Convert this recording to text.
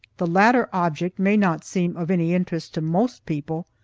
the latter object may not seem of any interest to most people,